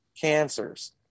cancers